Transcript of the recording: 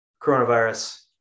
Coronavirus